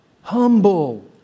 humble